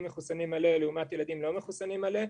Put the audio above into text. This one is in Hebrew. מחוסנים מלא לעומת ילדים לא מחוסנים מלא.